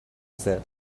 that